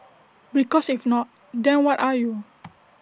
because if not then what are you